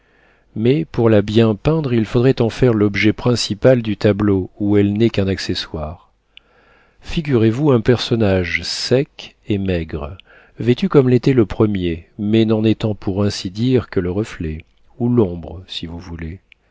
mais pour la bien peindre il faudrait en faire l'objet principal du tableau où elle n'est qu'un accessoire figurez-vous un personnage sec et maigre vêtu comme l'était le premier mais n'en étant pour ainsi dire que le reflet ou l'ombre si vous voulez